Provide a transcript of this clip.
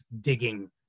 digging